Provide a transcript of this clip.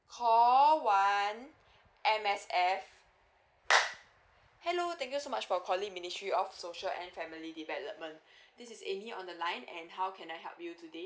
call one M_S_F hello thank you so much for calling ministry of social and family development this is amy on the line and how can I help you today